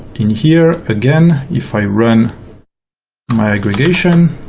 in here, again, if i run my aggregation,